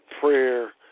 prayer